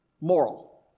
moral